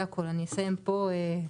אסיים פה.